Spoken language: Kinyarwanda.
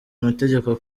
amategeko